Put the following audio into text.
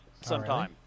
sometime